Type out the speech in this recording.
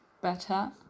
better